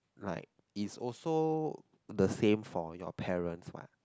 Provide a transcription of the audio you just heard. like is also the same for your parents want